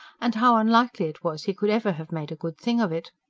and how unlikely it was he could ever have made a good thing of it.